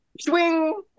Swing